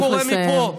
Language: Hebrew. צריך לסיים.